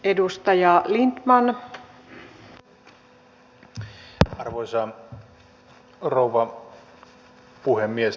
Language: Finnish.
arvoisa rouva puhemies